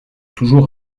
toujours